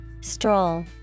Stroll